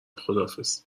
خداحافظ